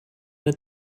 het